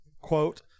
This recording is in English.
quote